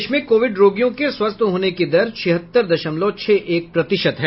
देश में कोविड रोगियों के स्वस्थ होने की दर छिहत्तर दशमलव छह एक प्रतिशत है